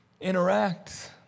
interact